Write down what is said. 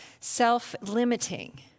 self-limiting